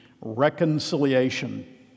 reconciliation